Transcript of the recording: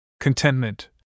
CONTENTMENT